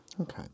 Okay